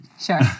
sure